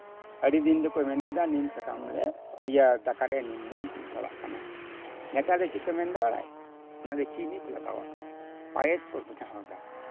ᱟᱹᱰᱤ ᱫᱤᱱ ᱫᱚᱠᱚ ᱢᱮᱱ ᱠᱮᱫᱟ ᱱᱤᱢ ᱥᱟᱠᱟᱢ ᱫᱟᱠᱟᱨᱮ ᱱᱤᱢ ᱵᱚᱱ ᱢᱮᱥᱟᱞᱟᱜ ᱠᱟᱱᱟ ᱱᱮᱛᱟᱨ ᱫᱚ ᱪᱮᱫ ᱠᱚ ᱢᱮᱱᱫᱟ ᱵᱟᱲᱟᱭᱟ ᱚᱱᱟ ᱫᱚ ᱪᱤᱱᱤ ᱠᱚ ᱞᱟᱜᱟᱣᱫᱟ ᱯᱟᱭᱮᱥ ᱠᱚ ᱵᱮᱱᱟᱣᱫᱟ